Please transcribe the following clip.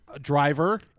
driver